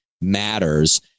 matters